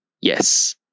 Yes